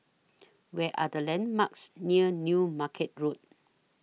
Where Are The landmarks near New Market Road